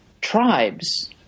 tribes